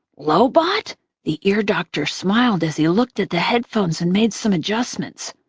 lobot? but the ear doctor smiled as he looked at the headphones and made some adjustments.